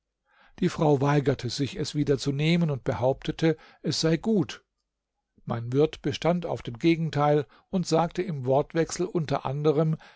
die frau weigerte sich es wieder zu nehmen und behauptete es sei gut mein wirt bestand auf dem gegenteil und sagte im wortwechsel unter anderem